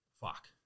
Fuck